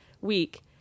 week